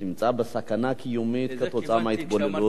נמצא בסכנה קיומית כתוצאה מההתבוללות,